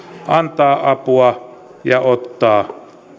antaa apua ja ottaa